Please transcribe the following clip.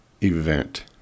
event